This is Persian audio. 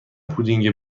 پودینگ